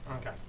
Okay